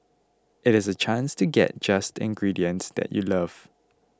it is a chance to get just ingredients that you love